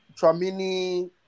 Tramini